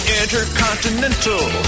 intercontinental